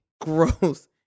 gross